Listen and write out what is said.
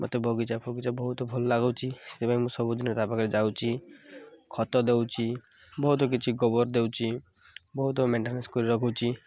ମତେ ବଗିଚା ଫଗିଚା ବହୁତ ଭଲ ଲାଗୁଛି ସେଥିପାଇଁ ମୁଁ ସବୁଦିନ ତା ପାଖରେ ଯାଉଛି ଖତ ଦଉଛି ବହୁତ କିଛି ଗୋବର ଦଉଛି ବହୁତ ମେଣ୍ଟେନାନ୍ସ କରି ରଖୁଛି